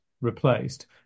replaced